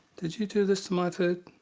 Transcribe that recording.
did you do this to my food?